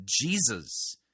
Jesus